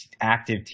active